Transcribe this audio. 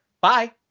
Bye